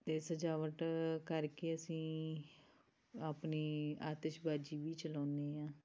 ਅਤੇ ਸਜਾਵਟ ਕਰਕੇ ਅਸੀਂ ਆਪਣੀ ਆਤਿਸ਼ਬਾਜੀ ਵੀ ਚਲਾਉਦੇ ਹਾਂ